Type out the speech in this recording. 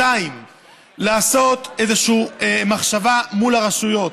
2. לעשות איזה מחשבה מול הרשויות,